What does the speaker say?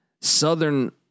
Southern